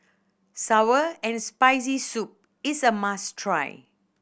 sour and Spicy Soup is a must try